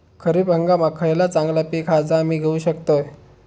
खरीप हंगामाक खयला चांगला पीक हा जा मी घेऊ शकतय?